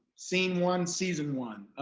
scene one, season one.